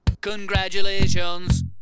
congratulations